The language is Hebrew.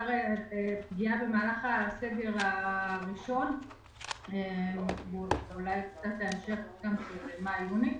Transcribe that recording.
בעיקר בעקבות פגיעה בסגר הראשון ואולי קצת להמשך במאי-יוני.